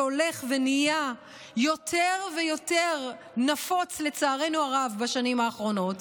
שהולך ונהיה יותר ויותר נפוץ בשנים האחרונות,